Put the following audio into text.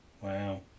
wow